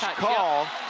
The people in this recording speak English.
call.